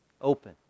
open